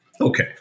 Okay